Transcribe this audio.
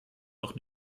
doch